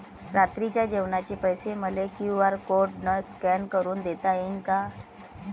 रात्रीच्या जेवणाचे पैसे मले क्यू.आर कोड स्कॅन करून देता येईन का?